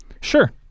Sure